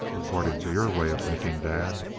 according to your way of thinking, dad!